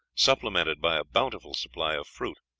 supplemented by a bountiful supply of fruit,